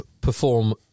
perform